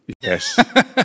Yes